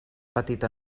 petita